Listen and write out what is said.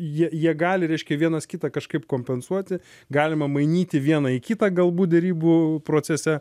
jie jie gali reiškia vienas kitą kažkaip kompensuoti galima mainyti vieną į kitą galbūt derybų procese